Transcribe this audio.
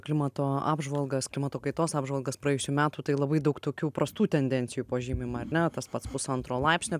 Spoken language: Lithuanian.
klimato apžvalgas klimato kaitos apžvalgas praėjusių metų tai labai daug tokių prastų tendencijų pažymima ar ne tas pats pusantro laipsnio